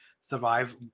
survive